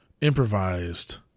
improvised